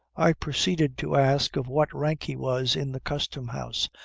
i proceeded to ask of what rank he was in the custom-house,